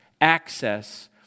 access